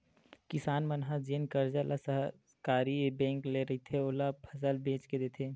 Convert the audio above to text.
किसान मन ह जेन करजा ल सहकारी बेंक ले रहिथे, ओला फसल बेच के देथे